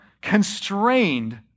constrained